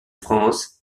france